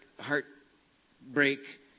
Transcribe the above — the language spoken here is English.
heartbreak